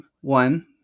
one